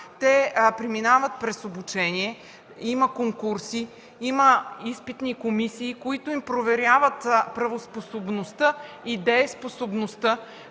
те преминават през обучение, има конкурси, изпитни комисии, които им проверяват правоспособността и дееспособността,